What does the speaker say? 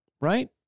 right